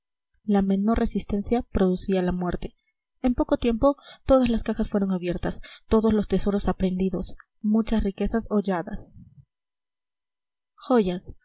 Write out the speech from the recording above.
la menor resistencia producía la muerte en poco tiempo todas las cajas fueron abiertas todos los tesoros aprehendidos muchas riquezas holladas joyas